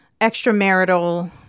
extramarital